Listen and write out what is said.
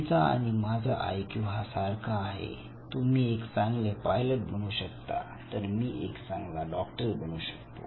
तुमचा आणि माझा आईक्यू हा सारखा आहे तुम्ही एक चांगले पायलट बनू शकता तर मी एक चांगला डॉक्टर बनू शकतो